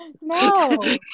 No